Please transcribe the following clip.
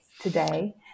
today